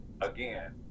again